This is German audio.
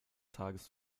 tages